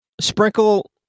sprinkle